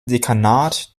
dekanat